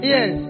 Yes